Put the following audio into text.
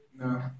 No